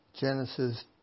Genesis